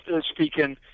speaking